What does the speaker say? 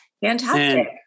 Fantastic